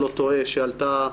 שעלתה,